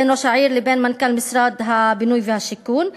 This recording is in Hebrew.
ראש העיר עם מנכ"ל משרד הבינוי והשיכון,